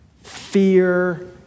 Fear